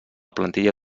plantilla